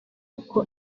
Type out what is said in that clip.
uko